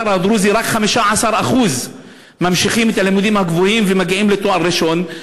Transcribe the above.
ובמגזר הדרוזי רק 15% ממשיכים בלימודים גבוהים ומגיעים לתואר ראשון,